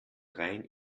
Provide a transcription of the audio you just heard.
rein